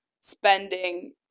spending